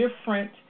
different